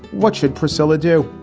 what should priscilla do?